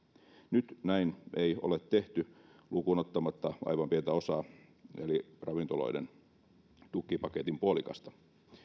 nyt näin ei ole tehty lukuun ottamatta aivan pientä osaa eli ravintoloiden tukipaketin puolikasta